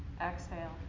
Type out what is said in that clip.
exhale